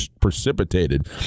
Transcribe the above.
precipitated